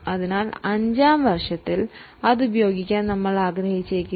അതിനാൽ അഞ്ചാം വർഷത്തിൽ ഇത് ഉപയോഗിക്കാൻ നമ്മൾ ആഗ്രഹിച്ചേക്കില്ല